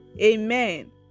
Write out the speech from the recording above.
amen